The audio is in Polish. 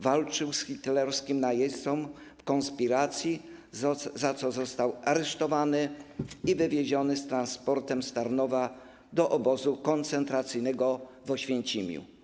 Walczył z hitlerowskim najeźdźcą w konspiracji, za co został aresztowany i wywieziony z transportem z Tarnowa do obozu koncentracyjnego w Oświęcimiu.